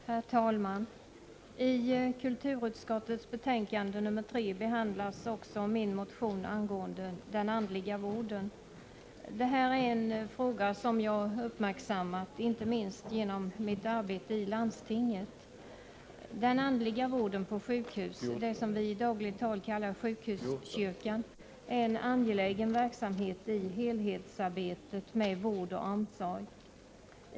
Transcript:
Herr talman! I kulturutskottets betänkande 3 behandlas också min motion angående den andliga vården. Det här är en fråga som jag uppmärksammat inte minst genom mitt arbete i landstinget. Den andliga vården på sjukhus — det som vi i dagligt tal kallar för Sjukhuskyrkan — är en angelägen verksamhet i helhetsarbetet med vård och omsorg.